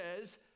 says